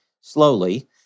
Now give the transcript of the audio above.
slowly